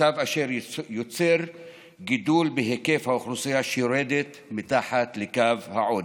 מצב אשר יוצר גידול בהיקף האוכלוסייה שיורדת מתחת לקו העוני.